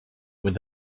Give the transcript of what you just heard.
where